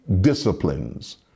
disciplines